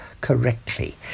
correctly